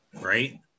right